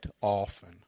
often